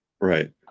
Right